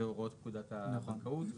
והוראות פקודת הבנקאות וכולי.